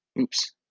Oops